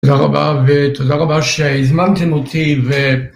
תודה רבה ותודה רבה שהזמנתם אותי ו...